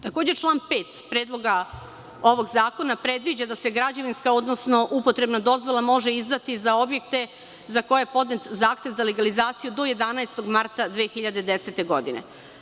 Takođe, član 5. Predloga ovog zakona predviđa da se građevinska, odnosno upotrebna dozvola može izdati za objekte za koje je podnet zahtev za legalizaciju do 11. marta 2010. godine.